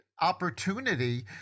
opportunity